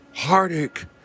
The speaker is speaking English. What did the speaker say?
Heartache